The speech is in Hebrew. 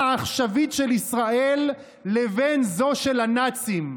העכשווית של ישראל לבין זו של הנאצים.